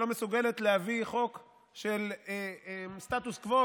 שלא מסוגלת להביא חוק של סטטוס קוו,